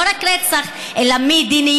לא רק רצח, אלא מדיניות.